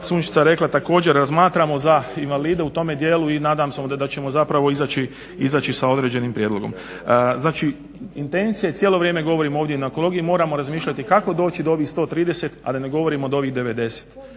Sunčica rekla također razmatramo za invalide u tome dijelu, i …/Ne razumije se./… da ćemo zapravo izaći sa određenim prijedlogom. Znači intencija je cijelo vrijeme govorim ovdje na ekologiji, moramo razmišljati kako doći do ovih 130 a da ne govorim od ovih 90